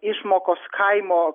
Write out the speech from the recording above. išmokos kaimo